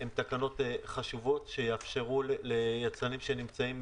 הן תקנות חשובות שיאפשרו ליצרנים שנמצאים